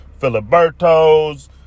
Filiberto's